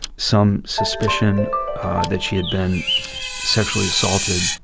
some suspicion that she had been sexually assaulted.